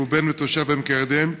שהוא בן ותושב עמק הירדן,